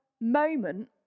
moment